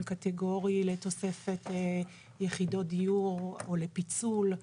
קטיגורי לתוספת יחידות דיור או לפיצול.